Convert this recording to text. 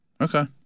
Okay